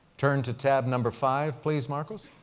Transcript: turn to tab number five, please, marcus.